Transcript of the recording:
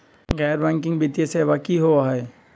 गैर बैकिंग वित्तीय सेवा की होअ हई?